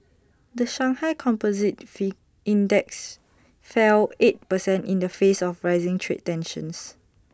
the Shanghai composite fee index fell eight percent in the face of rising trade tensions